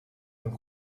een